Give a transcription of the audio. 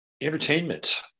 entertainment